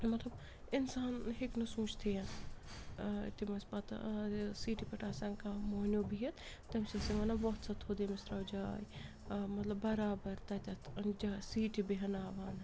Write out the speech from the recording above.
مطلب اِنسان ہیٚکہِ نہٕ سوٗنٛچتھٕے تِم ٲسۍ پَتہٕ سیٖٹہِ پٮ۪ٹھ آسان کانٛہہ موہنیوٗ بِہِتھ تٔمِس ٲسۍ یِم وَنان ووٚتھ سا تھوٚد ییٚمِس ترٛاو جاے مطلب بَرابر تَتٮ۪تھ جا سیٖٹہِ بیٚہناوان